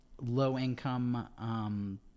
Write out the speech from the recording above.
low-income